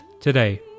today